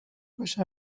باشن